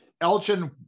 Elgin